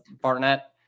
Barnett